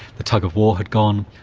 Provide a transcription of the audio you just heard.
the tug-of-war had gone,